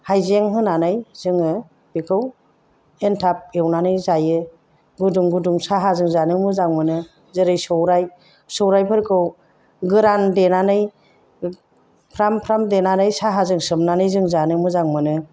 हाइजें होनानै जोङो बेखौ एन्थाब एवनानै जायो गुदुं गुदुं साहाजों जानो मोजां मोनो जेरै सौराइ सौराइफोरखौ गोरान देनानै फ्राम फ्राम देनानै साहाजों सोमनानै जों जानो मोजां मोनो